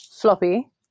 floppy